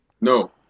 No